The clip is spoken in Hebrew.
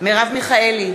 מרב מיכאלי,